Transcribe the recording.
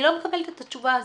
אני לא מקבלת את התשובה הזו.